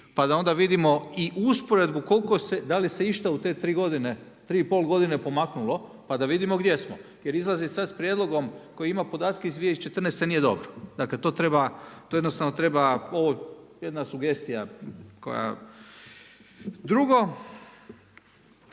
pa da onda vidimo i usporedbu koliko se, da li se išta u te tri godine, tri i pol godine pomaknulo pa da vidimo gdje smo. Jer izlazi sad sa prijedlogom koji ima podatke iz 2014. nije dobro. Dakle, to treba, to jednostavno treba, ovo je jedna sugestija koja … Drugo,